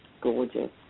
Gorgeous